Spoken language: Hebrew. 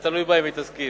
זה תלוי בה אם היא תסכים.